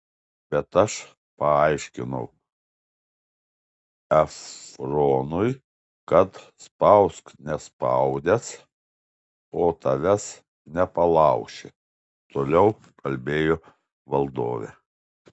bet aš paaiškinau efronui kad spausk nespaudęs o tavęs nepalauši toliau kalbėjo valdovė